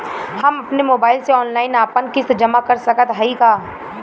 हम अपने मोबाइल से ऑनलाइन आपन किस्त जमा कर सकत हई का?